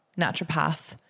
naturopath